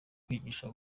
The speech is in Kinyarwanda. kwigishwa